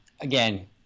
again